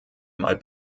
mal